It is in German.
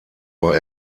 war